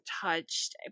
touched